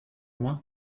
moi